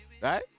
Right